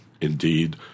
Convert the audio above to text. indeed